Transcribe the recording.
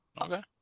okay